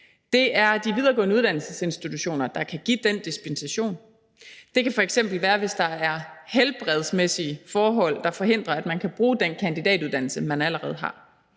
Det er de videregående uddannelsesinstitutioner, der kan give den dispensation. Det kan f.eks. være, hvis der er helbredsmæssige forhold, der forhindrer, at man kan bruge den kandidatuddannelse, man allerede har.